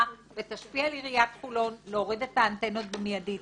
ותשפיע על עיריית חולון להוריד את האנטנות במיידית.